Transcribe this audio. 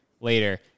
later